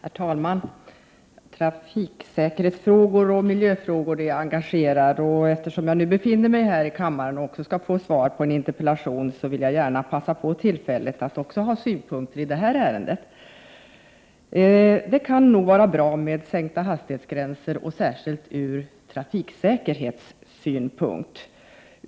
Herr talman! Trafiksäkerhetsfrågor och miljöfrågor är engagerande. Eftersom jag nu befinner mig i kammaren och skall få svar på en interpellation, vill jag gärna passa på tillfället att ha synpunkter också i detta ärende. Det kan nog vara bra med sänkta hastighetsgränser, särskilt ur trafiksäkerhetssynpunkt.